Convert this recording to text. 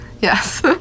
Yes